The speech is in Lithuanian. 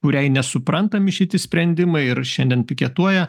kuriai nesuprantami šitie sprendimai ir šiandien piketuoja